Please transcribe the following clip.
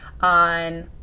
on